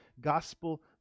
gospel